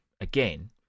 Again